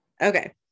okay